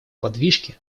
подвижки